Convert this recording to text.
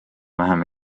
vähem